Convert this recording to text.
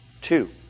two